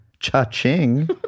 Cha-ching